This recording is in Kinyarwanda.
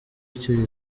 icyo